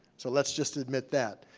so let's just admit that.